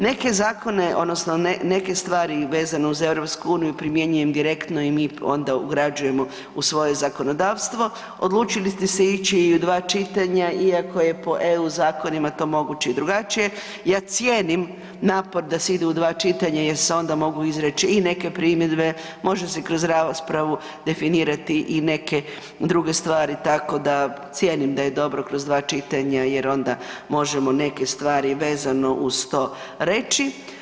Neke zakone odnosno neke stvari vezano uz EU primjenjujem direktno i mi onda ugrađujemo u svoje zakonodavstvo, odlučili ste se ići i u 2 čitanja iako je po EU zakonima to moguće i drugačije i ja cijenim napor da se ide u 2 čitanja jer se onda mogu izreći i neke primjedbe može se kroz raspravu definirati i neke druge stvari tako da cijenim da je dobro kroz 2 čitanja jer onda možemo neke stvari vezano uz to reći.